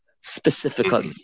specifically